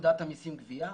פקודת המיסים (גבייה).